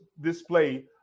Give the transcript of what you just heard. display